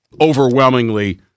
overwhelmingly